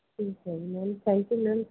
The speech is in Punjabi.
ਠੀਕ ਹੈ ਜੀ ਮੈਮ ਥੈਂਕ ਯੂ ਮੈਮ